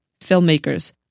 filmmakers